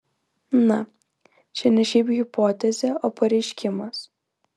na čia ne šiaip hipotezė o pareiškimas